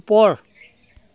ওপৰ